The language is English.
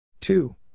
Two